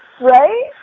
Right